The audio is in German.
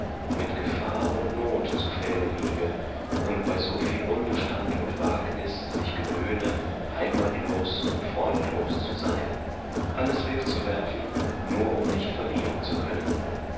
mit gefahr und not zu felde liege und bei soviel unbestand und wagnis sich gewöhne heimatlos und freundlos zu sein alles wegzuwerfen nur um nicht verlieren zu können